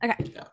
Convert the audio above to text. okay